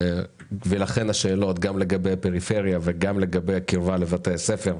ולכן השאלות גם לגבי הפריפריה וגם לגבי הקרבה לבתי הספר,